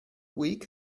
week